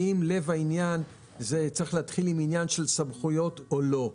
האם לב העניין צריך להתחיל מסמכויות או לא,